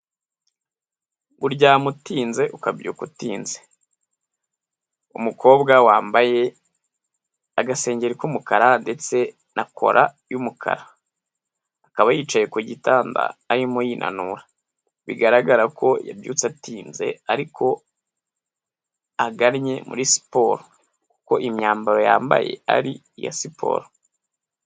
Uryama utinze ukabyuka utinze umukobwa wambaye agasengeri k'umukara ndetse na cola yumukara akaba yicaye ku gitanda arimo yinanura bigaragara ko yabyutse atinze ariko agannye muri siporo kuko imyambaro yambaye ari iya siporo.